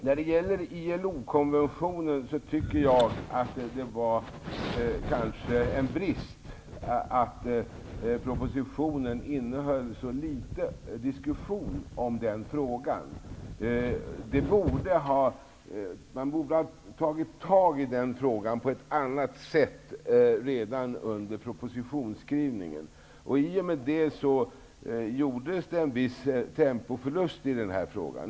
När det gäller ILO-konventionen tycker jag att det kanske är en brist att propositionen innehåller så litet av diskussion. Man borde ha tagit itu med den frågan på ett annat sätt redan under propositionsskrivningen. Nu har vi fått en viss tempoförlust i den frågan.